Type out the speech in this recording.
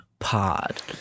pod